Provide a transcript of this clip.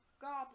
goblin